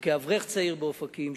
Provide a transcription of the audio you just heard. או כאברך צעיר באופקים,